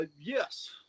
Yes